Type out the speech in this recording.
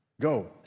go